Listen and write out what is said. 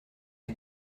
der